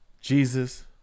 jesus